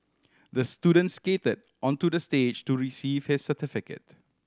the student skated onto the stage to receive his certificate